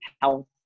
health